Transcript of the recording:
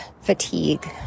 fatigue